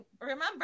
remember